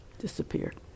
Disappeared